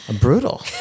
Brutal